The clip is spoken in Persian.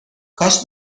کاش